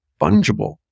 fungible